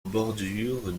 bordure